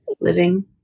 living